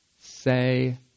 say